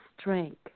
strength